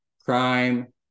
crime